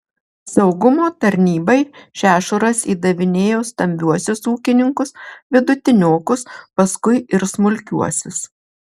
saugumo tarnybai šešuras įdavinėjo stambiuosius ūkininkus vidutiniokus paskui ir smulkiuosius